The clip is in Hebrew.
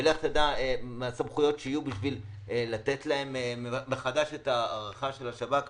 ולך תדע מה הסמכויות שיהיו כדי לתת להם מחדש את ההארכה של השב"כ.